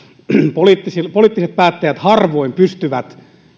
että poliittiset päättäjät harvoin pystyvät